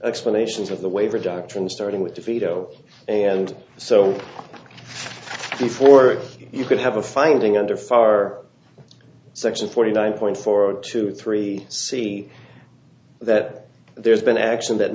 explanations of the waiver doctrine starting with the veto and so before you could have a finding under far section forty nine point four two three see that there's been action that